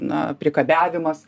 na priekabiavimas